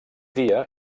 dia